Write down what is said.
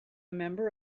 member